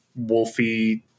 wolfy